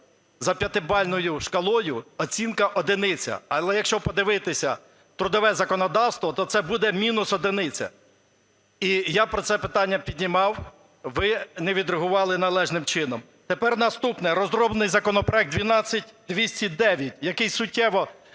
за 5-бальною шкалою оцінка одиниця. Але, якщо подивитися трудове законодавство, то це буде мінус одиниця. І я про це питання піднімав, ви не відреагували належним чином. Тепер наступне. Розроблений законопроект 12209, який суттєво